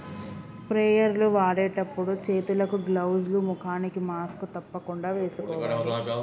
sprayer లు వాడేటప్పుడు చేతులకు గ్లౌజ్ లు, ముఖానికి మాస్క్ తప్పకుండా వేసుకోవాలి